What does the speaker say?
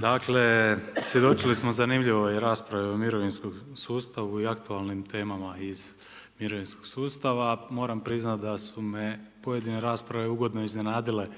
Dakle, svjedočili smo zanimljivoj raspravi o mirovinskom sustavu i aktualnim temama iz mirovinskog sustava. Moram priznati da su me pojedine rasprave ugodno iznenadile